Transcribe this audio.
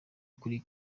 kuri